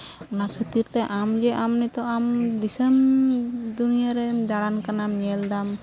ᱚᱱᱟ ᱠᱷᱟᱹᱛᱤᱨᱛᱮ ᱟᱢ ᱜᱮ ᱟᱢ ᱱᱤᱛᱚᱜ ᱟᱢ ᱫᱤᱥᱚᱢ ᱫᱩᱱᱤᱭᱟᱹ ᱨᱮᱢ ᱫᱟᱬᱟᱱ ᱠᱟᱱᱟᱢ ᱧᱮᱞ ᱫᱟᱢ